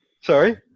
Sorry